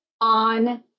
on